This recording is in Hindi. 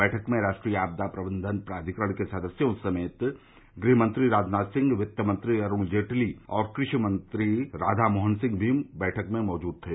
बैठक में राष्ट्रीय आपदा प्रबंधन प्राधिकरण के सदस्यों समेत गृहमंत्री राजनाथ सिंह वित्त मंत्री अरुण जेटली और कृषि मंत्री राघामोहन सिंह भी बैठक में मौजूद थे